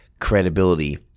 credibility